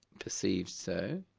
perceived so,